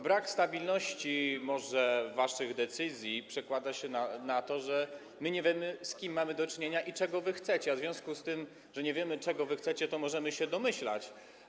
Brak stabilności może waszych decyzji przekłada się na to, że my nie wiemy, z kim mamy do czynienia i czego wy chcecie, a w związku z tym, że nie wiemy, czego wy chcecie, to możemy się domyślać.